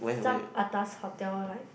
some atas hotel like